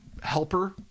helper